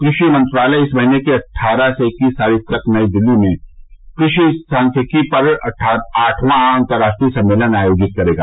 कृषि मंत्रालय इस महीने की अट्ठारह से इक्कीस तारीख तक नई दिल्ली में कृषि सांख्यिकी पर आठवां अंतर्राष्ट्रीय सम्मेलन आयोजित करेगा